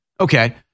Okay